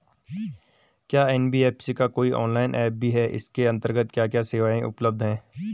क्या एन.बी.एफ.सी का कोई ऑनलाइन ऐप भी है इसके अन्तर्गत क्या क्या सेवाएँ उपलब्ध हैं?